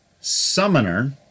Summoner